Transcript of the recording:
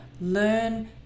learn